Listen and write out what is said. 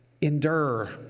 endure